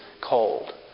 cold